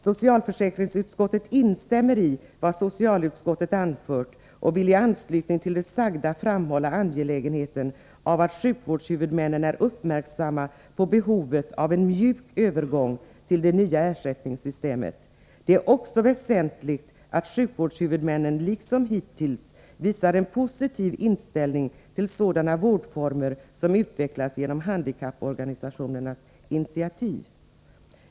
Socialförsäkringsutskottet instämmer i vad socialutskottet anfört och vill i anslutning till det sagda framhålla angelägenheten av att sjukvårdshuvudmännen är uppmärksamma på behovet av en mjuk övergång till det nya ersättningssystemet. Det är också väsentligt att sjukvårdshuvudmännen liksom hittills visar en positiv inställning till sådana vårdformer som utvecklas genom handikapporganisationernas initiativ.